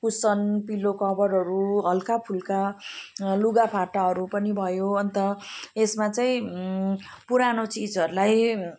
cushion pillow कभरहरू हल्काफुल्का लुगाफाटाहरू पनि भयो अन्त यसमा चाहिँ पुरानो चिजहरूलाई